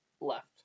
Left